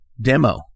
demo